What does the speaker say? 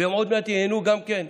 ועוד מעט ייהנו גם כן,